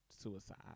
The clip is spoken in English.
suicide